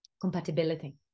Compatibility